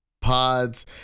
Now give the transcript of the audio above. pods